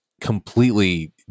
completely